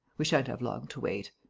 we sha'n't have long to wait.